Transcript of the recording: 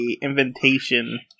invitation